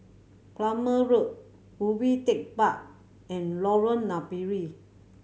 Palmer Road Ubi Tech Park and Lorong Napiri